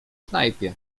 knajpie